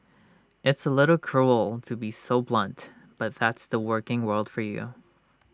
it's A little cruel to be so blunt but that's the working world for you